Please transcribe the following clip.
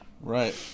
Right